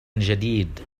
جديد